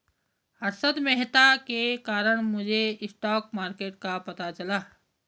हर्षद मेहता के कारण मुझे स्टॉक मार्केट का पता चला